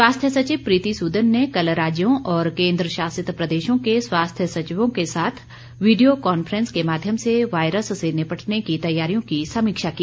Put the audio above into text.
स्वास्थ्य सचिव प्रीति सूदन ने कल राज्यों और केंद्रशासित प्रदेशों के स्वास्थ्य सचिवों के साथ वीडियो कॉन्फ्रेंस के माध्यम से वायरस से निपटने की तैयारियों की समीक्षा की